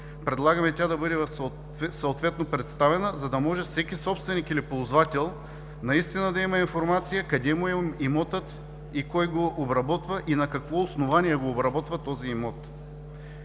Предлагаме тя да бъде съответно представена, за да може всеки собственик или ползвател наистина да има информация – къде му е имотът, кой го обработва и на какво основание го обработва този имот?